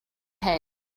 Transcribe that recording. pay